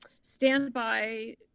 standby